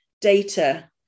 data